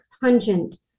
Pungent